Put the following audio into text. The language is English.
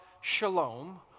shalom